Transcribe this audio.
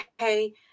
okay